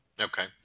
Okay